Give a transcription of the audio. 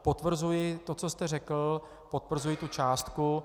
Potvrzuji to, co jste řekl, potvrzuji tu částku.